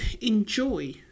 enjoy